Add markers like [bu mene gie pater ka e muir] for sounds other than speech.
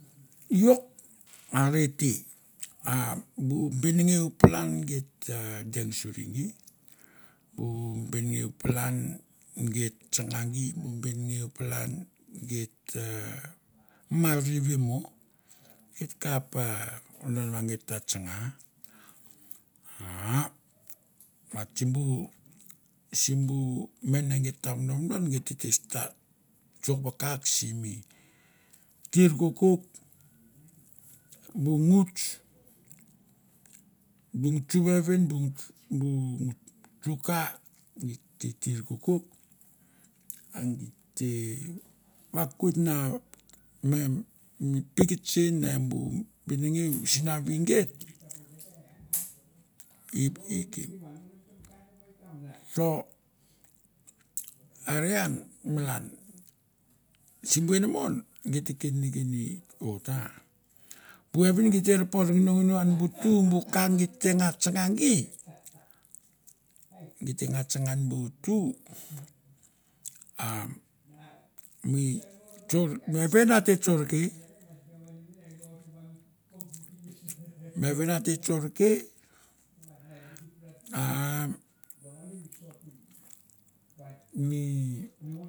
Iouk arete! A bu benengeu palan giet ta deng surie gie bu benengeu palan iet ta tsana gie, bu benengeu palan giet ta mar rivie mo, giet kap ah bodon va giet ta tsana. Aa ah but sibu, sibu mene geit ta vodovodon geit tate start, tsouk vakak simi tuir kokouk. Bu nguts, bu ngutsu vevin, bu ngutsu bu ngutsu ka geit ta tuir kokou, a git te vakat nia neh mi peuktse ne bu benengeu sinavi giet. E e soh are ian malan, simbu en mon giet kein neken et ot. Aah. Bu vevin gie te ra por ngunonguno ian bu tu, bu ka git te nga tsana gie. Gie te nga tsana ian bu tu. Ah me tsaur, mi vevin a te tsaurkeh [bu mene gie pater ka e muir] mi vevin a te tsaurke.